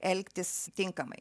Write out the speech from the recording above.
elgtis tinkamai